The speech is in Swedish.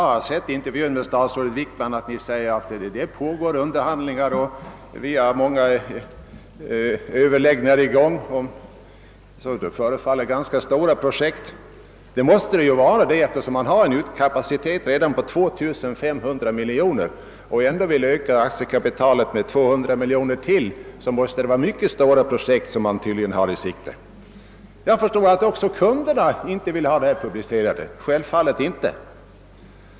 Jag såg i en TV intervju med statsrådet Wickman att det pågår överläggningar om, som det förefaller, ganska stora projekt. Det måste vara ganska stora projekt, eftersom man, trots att man har en lånekapacitet på 2 500 miljoner, ändå vill öka aktiekapitalet med ytterligare 200 miljoner kronor. Jag förstår att inte heller kunderna vill ha någon publicitet kring sina kontakter med banken.